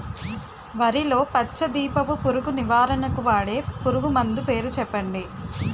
వరిలో పచ్చ దీపపు పురుగు నివారణకు వాడే పురుగుమందు పేరు చెప్పండి?